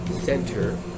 Center